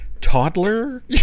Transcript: toddler